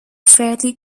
fairly